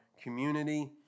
community